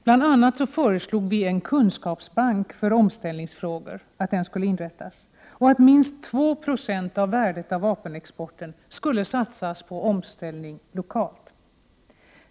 Bl.a. föreslog vi att en kunskapsbank för omställningsfrågor skulle inrättas och att minst 2 20 av värdet av vapenexporten skulle satsas på omställning lokalt.